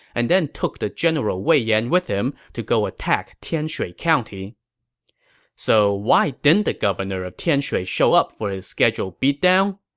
and then took the general wei yan with him to go attack tianshui county so why didn't the governor of tianshui show up for his scheduled beatdown?